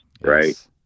right